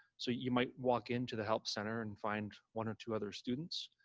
so you might walk into the help center and find one or two other students,